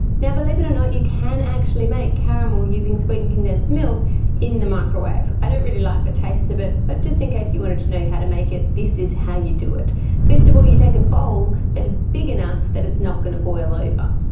now believe it or not you can actually make caramel using sweetened condensed milk in the microwave. i don't really like the taste of it but just in case you wanted to know how to make it this is how you do it first of all you take a bowl that is big enough that it's not going to boil over,